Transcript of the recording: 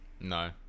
No